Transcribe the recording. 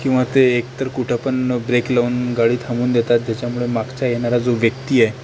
किंवा ते एकतर कुठंपण ब्रेक लावून गाडी थांबवून देतात त्याच्यामुळे मागचा येणारा जो व्यक्ती आहे